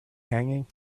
hanging